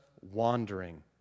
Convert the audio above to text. wandering